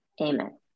Amen